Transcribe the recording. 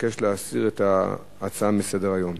מבקש להסיר את ההצעה מסדר-היום.